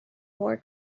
more